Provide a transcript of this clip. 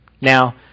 Now